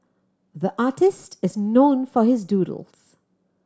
the artist is known for his doodles